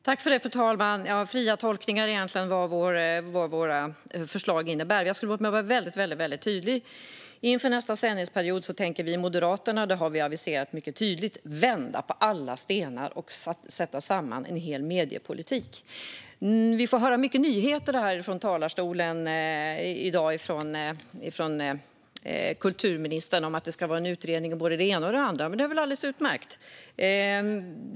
Fru talman! Detta är egentligen fria tolkningar av vad våra förslag innebär. Jag ska vara väldigt tydlig: Inför nästa sändningsperiod tänker vi i Moderaterna - och detta har vi aviserat mycket tydligt - vända på alla stenar och sätta samman en hel mediepolitik. Vi har i dag fått höra många nyheter av kulturministern från talarstolen. Det ska göras en utredning om både det ena och det andra. Det är alldeles utmärkt!